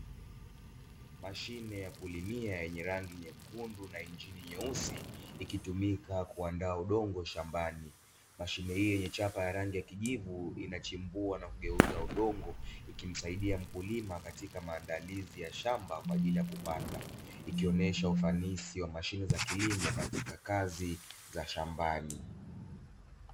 Mashine ya kulimia yenye rangi nyekundu na ingini nyeusi ikitumika kuandaa udongo shambani. Mashine hiyo yenye chapa ya rangi ya kijivu inachimbua na kugeuza udongo ikimsaidia mkulima katika maandalizi ya shamba katika kupanda, ikionyesha ufanisi wa mashine za kilimo katika kazi za shambani.